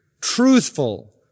truthful